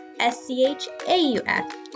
S-C-H-A-U-F